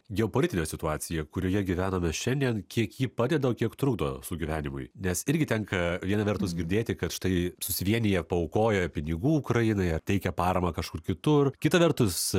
geopolitinė situacija kurioje gyvename šiandien kiek ji padeda kiek trukdo sugyvenimui nes irgi tenka viena vertus girdėti kad štai susivieniję paaukojo pinigų ukrainai teikia paramą kažkur kitur kita vertus